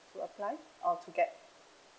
to apply or to get